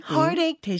Heartache